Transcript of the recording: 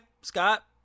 Scott